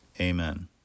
Amen